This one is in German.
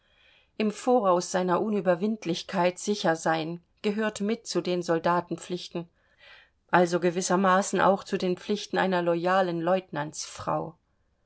im voraus seiner unüberwindlichkeit sicher sein gehört mit zu den soldatenpflichten also gewissermaßen auch zu den pflichten einer loyalen lieutenantsfrau